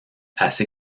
assez